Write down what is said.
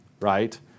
right